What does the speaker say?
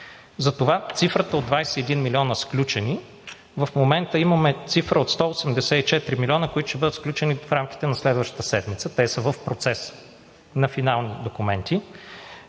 Затова цифрата от 21 милиона сключени в момента имаме цифра от 184 милиона, които ще бъдат сключени в рамките на следващата седмица – те са в процес на финални документи.